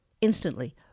instantly